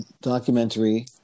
documentary